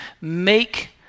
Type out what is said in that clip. make